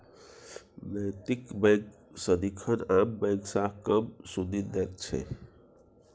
नैतिक बैंक सदिखन आम बैंक सँ कम सुदि दैत छै